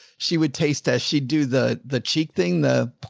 she would taste that she'd do the the cheek thing, the